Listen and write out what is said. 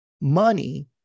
Money